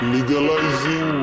Legalizing